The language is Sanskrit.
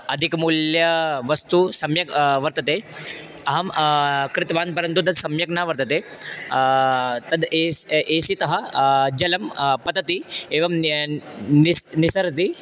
अधिकमूल्यवस्तु सम्यक् वर्तते अहं कृतवान् परन्तु तत् सम्यक् न वर्तते तद् एस् एसीतः जलं पतति एवं नि निस् निसरति